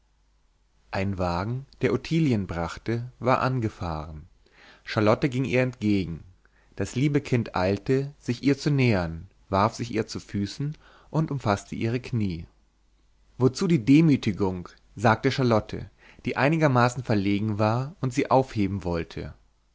ein wagen der ottilien brachte war angefahren charlotte ging ihr entgegen das liebe kind eilte sich ihr zu nähern warf sich ihr zu füßen und umfaßte ihre kniee wozu die demütigung sagte charlotte die einigermaßen verlegen war und sie aufheben wollte